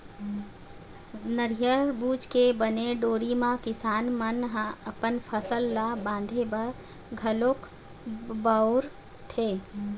नरियर बूच के बने डोरी म किसान मन ह अपन फसल ल बांधे बर घलोक बउरथे